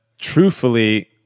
truthfully